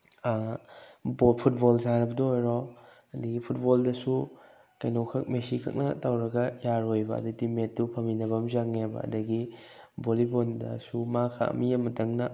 football ꯁꯥꯟꯅꯕꯗ ꯑꯣꯏꯔꯣ ꯑꯗꯒꯤ ꯐꯨꯠꯕꯣꯜꯗꯁꯨ ꯀꯩꯅꯣꯈꯛ ꯃꯦꯁꯤꯈꯛꯅ ꯇꯧꯔꯒ ꯌꯥꯔꯣꯏꯕ ꯑꯗꯩ ꯇꯤꯝꯃꯤꯠꯇꯨ ꯐꯃꯤꯟꯅꯕ ꯑꯃ ꯆꯪꯉꯦꯕ ꯑꯗꯒꯤ ꯕꯣꯂꯤꯕꯣꯟꯗꯁꯨ ꯃꯥꯈꯛ ꯃꯤ ꯑꯃꯇꯪꯅ